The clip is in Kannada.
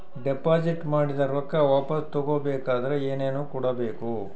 ಡೆಪಾಜಿಟ್ ಮಾಡಿದ ರೊಕ್ಕ ವಾಪಸ್ ತಗೊಬೇಕಾದ್ರ ಏನೇನು ಕೊಡಬೇಕು?